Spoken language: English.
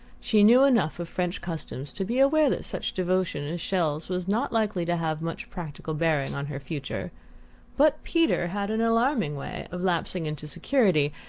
she knew enough of french customs to be aware that such devotion as chelles' was not likely to have much practical bearing on her future but peter had an alarming way of lapsing into security,